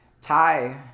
Ty